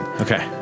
Okay